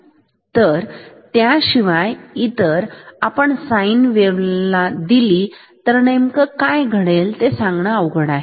तरत्याशिवाय जर आपण sine wave दिली नेमकं काय घडेल हे सांगणे अवघड आहे